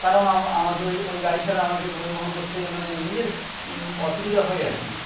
কারণ আমাকে ওই ওই গাড়ি ছাড়া আমাকে পরিবহন করতে মানে নিজের অসুবিধা হয় আরকি